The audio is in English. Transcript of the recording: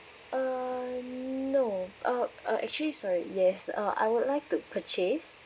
uh no uh uh actually sorry yes uh I would like to purchase